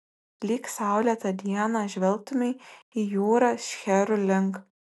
lyg saulėtą dieną žvelgtumei į jūrą šcherų link